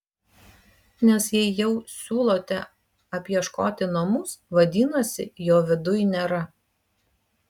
nes jei jau siūlote apieškoti namus vadinasi jo viduj nėra